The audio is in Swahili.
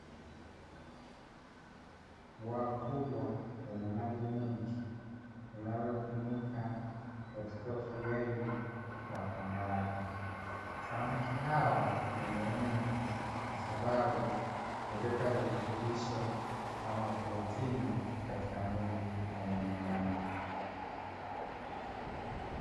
Bwawa kubwa lenye maji mengi, linalotumika katika ufugaji wa ambae. Samaki hawa ni muhimu kwa sababu, huleta virutubisho kama protini, katika mwili wa mwanadamu.